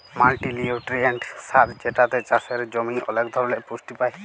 multinutrient সার যেটাতে চাসের জমি ওলেক ধরলের পুষ্টি পায়